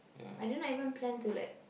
I do not even plan to like